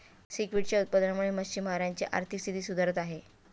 सीव्हीडच्या उत्पादनामुळे मच्छिमारांची आर्थिक स्थिती सुधारत आहे